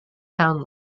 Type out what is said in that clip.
town